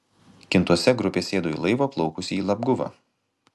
kintuose grupė sėdo į laivą plaukusį į labguvą